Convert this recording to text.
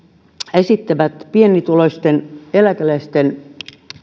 esittävät pienituloisten eläkeläisten